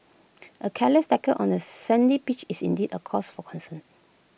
A careless tackle on A sandy pitch is indeed A cause for concern